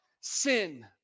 sin